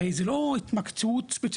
הרי זה לא התמקצעות ספציפית,